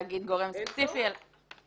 האיזון שנעשה פה הוא לא איזון נכון.